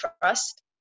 trust